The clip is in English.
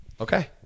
Okay